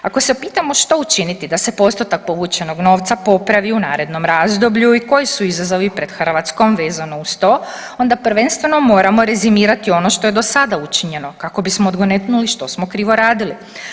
Ako se pitamo što učiniti da se postotak povučenog novca popravi u narednom razdoblju i koji su izazovi pred Hrvatskom vezano uz to onda prvenstveno moramo rezimirati ono što je do sada učinjeno kako bismo odgonetnuli što smo krivo radili.